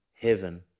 heaven